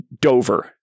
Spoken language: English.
Dover